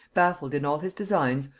baffled in all his designs,